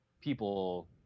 people